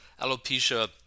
alopecia